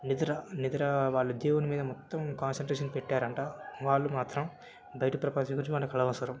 నిద్ర నిద్ర వాళ్ళు దేవుని మీద మొత్తం కాన్సన్ట్రేషన్ పెట్టారంట వాళ్ళు మాత్రం బయట ప్రపంచం గురించి వాళ్ళకనవసరం